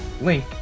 link